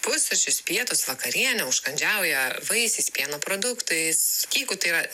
pusryčius pietus vakarienę užkandžiauja vaisiais pieno produktais jeigu tai yra